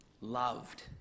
loved